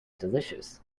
delicious